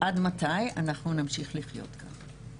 עד מתי אנחנו נמשיך לחיות כך?